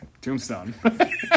Tombstone